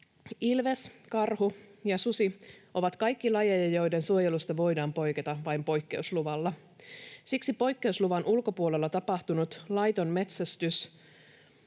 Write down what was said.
Ilves, karhu ja susi ovat kaikki lajeja, joiden suojelusta voidaan poiketa vain poikkeusluvalla. Siksi poikkeusluvan ulkopuolella tapahtunut laiton metsästys